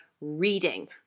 reading